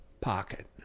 pocket